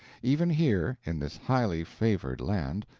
even here, in this highly favored land,